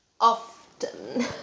often